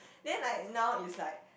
then like now is like